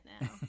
now